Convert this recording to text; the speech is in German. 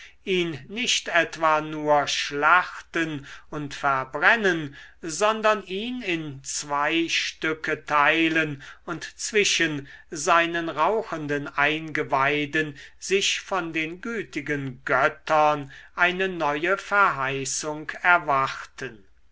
ihn nicht etwa nur schlachten und verbrennen sondern ihn in zwei stücke teilen und zwischen seinen rauchenden eingeweiden sich von den gütigen göttern eine neue verheißung erwarten